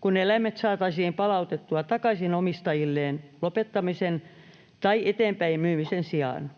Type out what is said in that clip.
kun eläimet saataisiin palautettua takaisin omistajilleen lopettamisen tai eteenpäin myymisen sijaan.